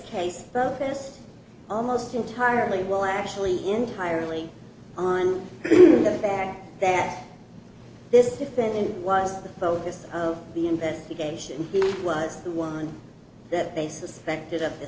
focused almost entirely well actually entirely on the fact that this defendant was the focus of the investigation he was the one that they suspected of th